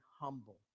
humble